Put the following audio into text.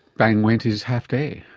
bang went his half-day.